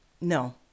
No